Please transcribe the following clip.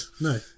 no